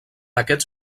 aquests